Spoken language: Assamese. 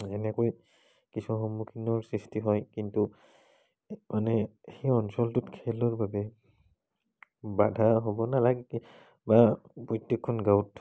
যেনেকৈ কিছু সন্মুখীনৰ সৃষ্টি হয় কিন্তু মানে সেই অঞ্চলটোত খেলৰ বাবে বাধা হ'ব নালাগে বা প্ৰত্যেকখন গাঁৱত